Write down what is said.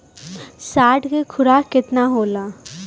साढ़ के खुराक केतना होला?